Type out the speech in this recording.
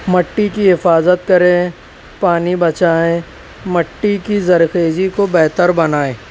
مٹی کی حفاظت کریں پانی بچائیں مٹی کی زرخیزی کو بہتر بنائیں